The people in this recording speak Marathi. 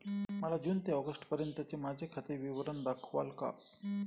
मला जून ते ऑगस्टपर्यंतचे माझे खाते विवरण दाखवाल का?